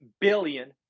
billion